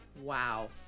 Wow